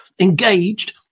engaged